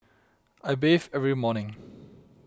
I bathe every morning